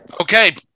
Okay